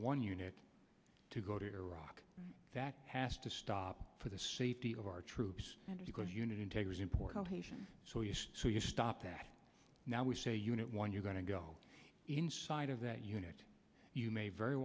one unit to go to iraq that has to stop for the safety of our troops and because unit integrity important patient so you so you stop that now we say unit one you're going to go inside of that unit you may very